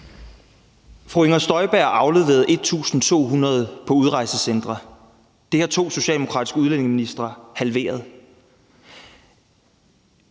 Fru Inger Støjberg afleverede 1.200 på udrejsecentre. Det antal har to socialdemokratiske udlændingeministre halveret.